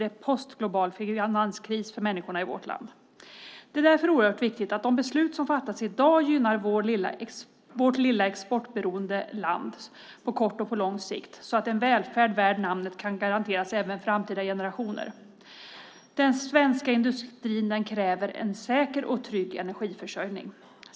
Det är en postglobal finanskris för människorna i vårt land. Det är därför oerhört viktigt att de beslut som fattas i dag gynnar vårt lilla exportberoende land på kort och på lång sikt så att en välfärd värd namnet kan garanteras även framtida generationer. Den svenska industrin kräver en säker och trygg energiförsörjning.